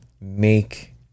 make